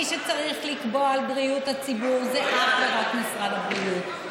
מי שצריך לקבוע על בריאות הציבור זה אך ורק משרד הבריאות,